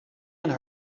and